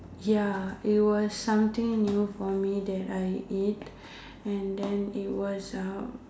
ya it was something new for me that I eat and then it was uh